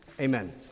Amen